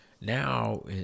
now